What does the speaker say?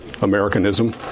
Americanism